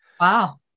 Wow